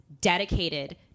dedicated